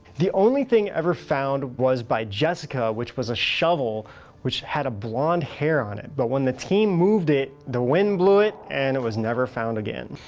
the only thing ever found was by jessica which was a shovel which had a blonde hair on it but when the team moved it, the wind blew it and it was never found again.